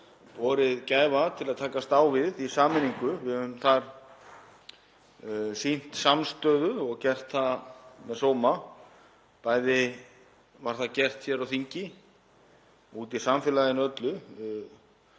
borið gæfu til að takast á við í sameiningu. Við höfum þar sýnt samstöðu og gert það með sóma. Bæði var það gert hér á þingi og úti í samfélaginu öllu